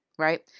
Right